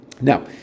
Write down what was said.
Now